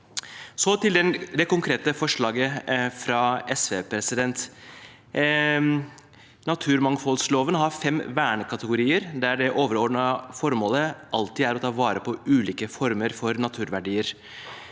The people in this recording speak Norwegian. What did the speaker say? Så til det konkrete forslaget fra SV: Naturmangfoldloven har fem vernekategorier der det overordnede formålet alltid er å ta vare på ulike former for naturverdier.